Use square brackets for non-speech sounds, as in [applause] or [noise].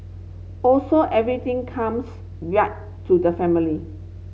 also everything comes [unintelligible] to the family